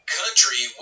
country